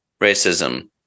racism